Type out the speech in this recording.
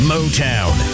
Motown